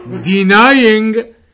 denying